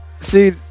See